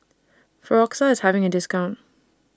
Floxia IS having A discount